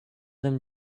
them